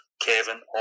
Kevin